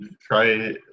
Try